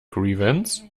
grievance